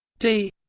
d